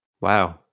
wow